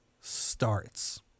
starts